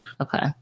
okay